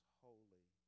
holy